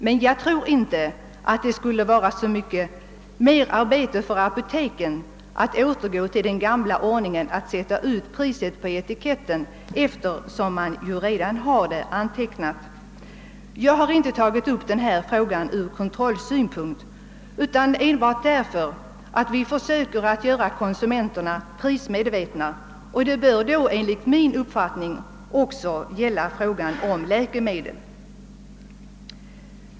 Men jag tror inte att det skulle medföra så mycket merarbete för apoteken att återgå till den gamla ordningen att sätta ut priset på etiketten, eftersom det ju redan finns uppgift om detta. Jag har inte tagit upp denna fråga ur kontrollsynpunkten utan enbart av den anledningen att vi ju försöker att göra konsumenterna prismedvetna, och detta bör enligt min mening också gälla beträffande läkemedel.